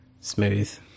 Smooth